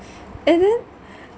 and then